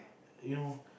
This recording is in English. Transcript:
you know